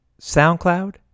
SoundCloud